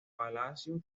palacio